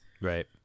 Right